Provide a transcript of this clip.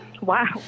Wow